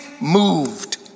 moved